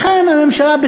לכן הממשלה,